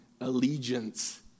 allegiance